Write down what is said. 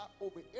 over